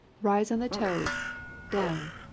rise on the toes down,